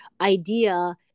idea